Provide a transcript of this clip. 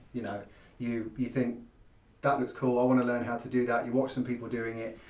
you know you you think that looks cool, i want to learn how to do that, you watch some people doing it.